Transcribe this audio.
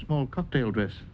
small company will dress